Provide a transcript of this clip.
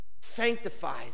sanctifies